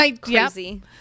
crazy